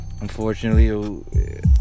unfortunately